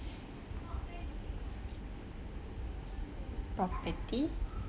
property